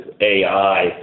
AI